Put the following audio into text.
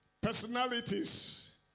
personalities